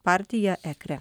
partija ekre